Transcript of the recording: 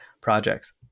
projects